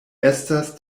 estas